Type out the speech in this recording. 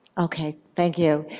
okay. thank you.